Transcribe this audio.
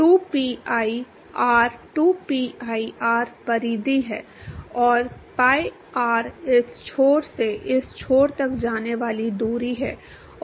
2pi r 2pi r परिधि है और pi r इस छोर से इस छोर तक जाने वाली दूरी है और यह सममित है